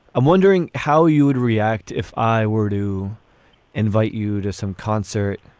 i'm wondering how you would react if i were to invite you to some concert.